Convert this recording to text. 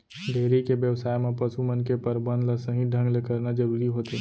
dairy के बेवसाय म पसु मन के परबंध ल सही ढंग ले करना जरूरी होथे